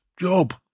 Job